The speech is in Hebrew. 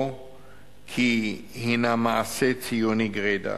או הינה מעשה ציוני גרידא,